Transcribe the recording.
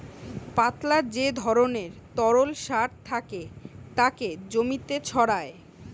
পাতলা যে ধরণের তরল সার থাকে তাকে জমিতে ছড়ায়